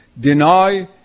deny